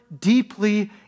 deeply